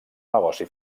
negoci